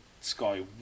Sky